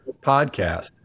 podcast